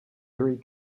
erie